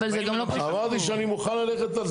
אבל זה גם לא --- אמרתי שאני מוכן ללכת על זה.